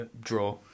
draw